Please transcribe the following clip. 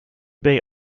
bay